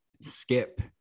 skip